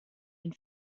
den